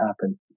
happen